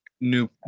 new